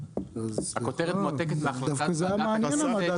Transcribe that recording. הכותרת מועתקת מהחלטת ועדת הכנסת